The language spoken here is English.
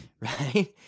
right